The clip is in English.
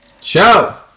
Ciao